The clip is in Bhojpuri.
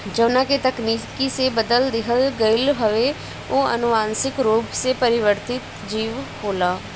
जवना के तकनीकी से बदल दिहल गईल हवे उ अनुवांशिक रूप से परिवर्तित जीव होला